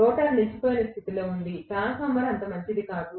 rotor నిలిచిపోయిన స్థితిలో ఉంది ట్రాన్స్ఫార్మర్ అంత మంచిది కాదు